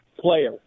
player